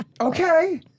Okay